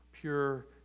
pure